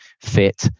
fit